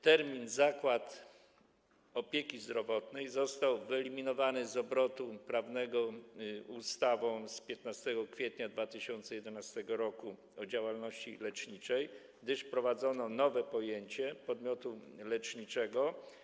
Termin „zakład opieki zdrowotnej” został wyeliminowany z obrotu prawnego ustawą z 15 kwietnia 2011 r. o działalności leczniczej, gdyż wprowadzono nowe pojęcie podmiotu leczniczego.